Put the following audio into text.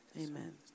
amen